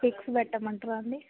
pics పెట్టమంటర్రా అండి